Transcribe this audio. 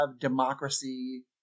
democracy